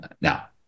Now